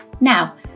Now